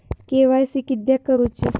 KYC किदयाक करूची?